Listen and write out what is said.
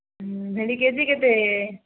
ଭେଣ୍ଡି କେଜି କେତେ